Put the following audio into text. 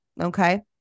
okay